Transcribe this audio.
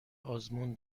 آزمون